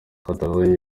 catalogne